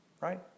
right